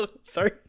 Sorry